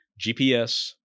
GPS